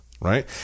right